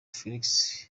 felix